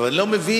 אני לא מבין,